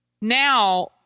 Now